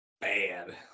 bad